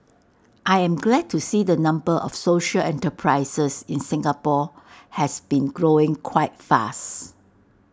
I'm glad to see the number of social enterprises in Singapore has been growing quite fast